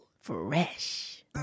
Fresh